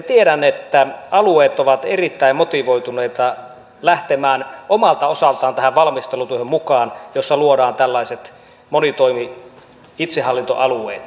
tiedän että alueet ovat erittäin motivoituneita lähtemään omalta osaltaan tähän valmistelutyöhön mukaan jossa luodaan tällaiset monitoimi itsehallintoalueet